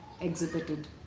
exhibited